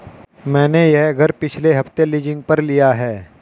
मैंने यह घर पिछले हफ्ते लीजिंग पर लिया है